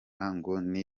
akoresha